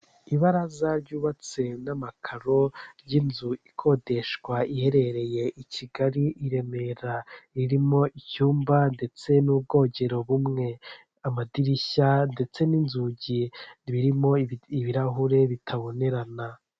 Ibaraza ryubatse n'amakaro ry'inzu ikodeshwa iherereye i Kigali i Remera irimo icyumba ndetse n'ubwogero bumwe, amadirishya ndetse n'inzugi birimo ibirahure bitabonerana.